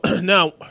now